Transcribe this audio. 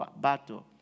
battle